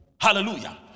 Hallelujah